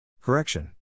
Correction